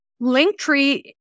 Linktree